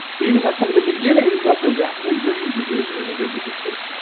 they even have some of the beginnings of the rapid inversion behavior where they disappear.